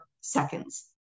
seconds